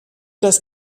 das